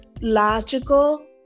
logical